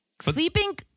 Sleeping